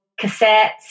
cassettes